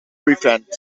prevent